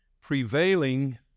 prevailing